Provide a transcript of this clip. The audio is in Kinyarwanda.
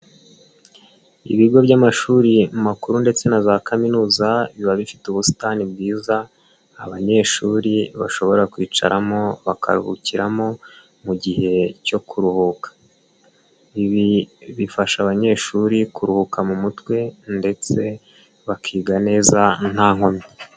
Ibigo by'amashuri makuru ndetse na za kaminuza biba bifite ubusitani bwiza abanyeshuri bashobora kwicaramo bakaruhukiramo mu gihe cyo kuruhuka, ibi bifasha abanyeshuri kuruhuka mu mutwe ndetse bakiga neza nta nkomyi.